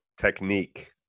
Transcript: Technique